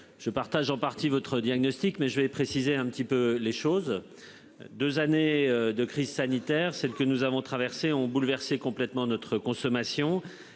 Je partage en partie votre diagnostic mais je vais préciser un petit peu les choses. 2 années de crise sanitaire, celle que nous avons traversées ont bouleverser complètement notre consommation